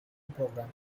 programme